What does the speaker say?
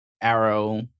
arrow